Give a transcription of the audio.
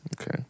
Okay